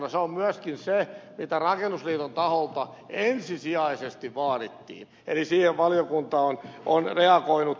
se on myöskin se mitä rakennusliiton taholta ensisijaisesti vaadittiin eli siihen valiokunta on reagoinut